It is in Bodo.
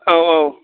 औ औ